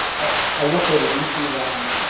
i will say that we see them,